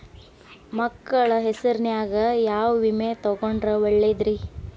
ಮಕ್ಕಳ ಹೆಸರಿನ್ಯಾಗ ಯಾವ ವಿಮೆ ತೊಗೊಂಡ್ರ ಒಳ್ಳೆದ್ರಿ?